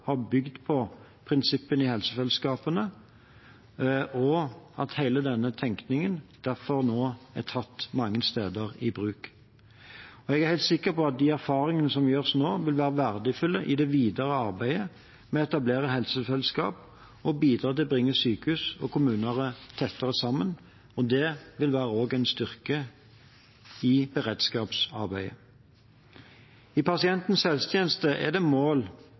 har bygd på prinsippene i helsefellesskapene, og at hele denne tenkningen nå derfor er tatt i bruk mange steder. Jeg er helt sikker på at de erfaringene som gjøres nå, vil være verdifulle i det videre arbeidet med å etablere helsefellesskap og bidra til å bringe sykehus og kommuner tettere sammen, og det vil også være en styrke i beredskapsarbeidet. I pasientens helsetjeneste er det et mål